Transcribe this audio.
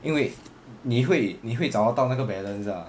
因为你会你会找得到那个 balance lah